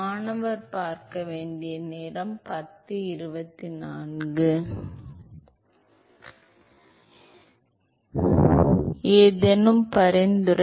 மாணவர் ஆம் ஏதேனும் பரிந்துரை